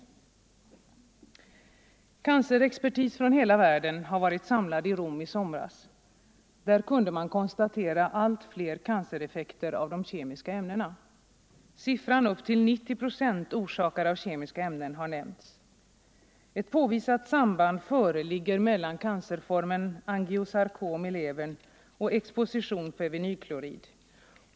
145 Cancerexpertis från hela världen har varit samlad i Rom i somras. Där kunde man konstatera allt fler cancereffekter av de kemiska ämnena —- upp till 90 procent orsakade av kemiska ämnen är en siffra som har nämnts. Ett påvisat samband finns mellan cancerformen angiosarkom i levern och exposition för vinylklorid.